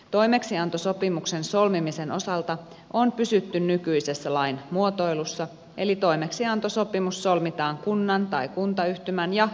toimeksiantosopimuksen solmimisen osalta on pysytty nykyisessä lain muotoilussa eli toimeksiantosopimus solmitaan kunnan tai kuntayhtymän ja perhehoitajan välillä